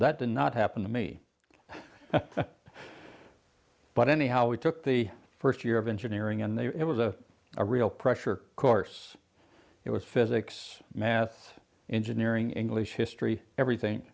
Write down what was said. did not happen to me but anyhow i took the first year of engineering and there it was a a real pressure course it was physics math engineering english history everything